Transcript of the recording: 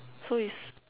so is